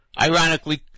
ironically